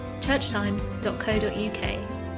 churchtimes.co.uk